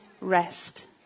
rest